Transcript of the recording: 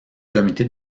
comité